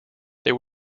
there